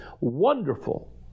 wonderful